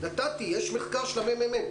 יש מחקר של הממ"מ.